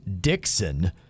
Dixon